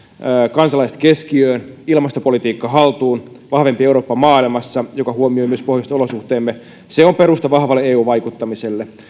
kansalaiset keskiöön ilmastopolitiikka haltuun vahvempi eurooppa maailmassa ja se huomioi myös pohjoiset olosuhteemme se on perusta vahvalle eu vaikuttamiselle